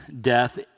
death